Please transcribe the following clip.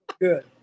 good